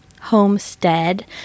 homestead